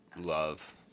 love